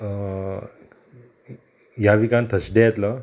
ह्या विकान थर्स्डे येतलो